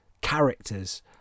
characters